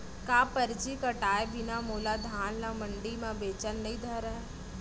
का परची कटाय बिना मोला धान ल मंडी म बेचन नई धरय?